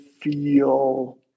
feel